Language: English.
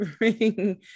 ring